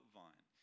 vine